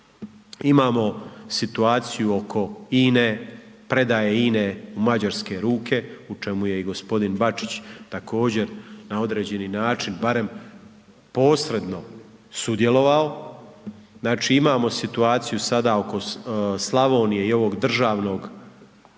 Imamo situaciju oko INA-e, predaje INA-e u mađarske ruke, u čemu je i g. Bačić također na određeni način barem posredno sudjelovao, znači, imamo situaciju sada oko Slavonije i ovog državnog